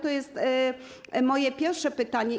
To jest moje pierwsze pytanie.